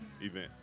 event